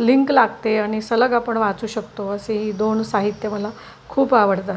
link लागते आणि सलग आपण वाचू शकतो असे ही दोन साहित्य मला खूप आवडतात